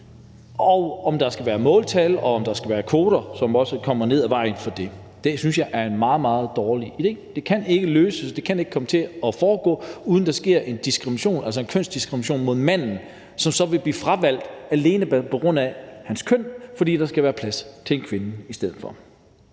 og om der skal være måltal, og om der skal være kvoter, hvad der også kommer hen ad vejen efter det. Det synes jeg er en meget, meget dårlig idé. Det kan ikke gøres, det kan ikke komme til at foregå, uden der sker en kønsdiskrimination af manden, som så vil blive fravalgt alene på grund af sit køn, fordi der skal være plads til en kvinde i stedet for.